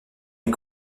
les